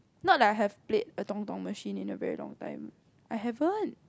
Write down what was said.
not like I have played a machine in a long time I haven't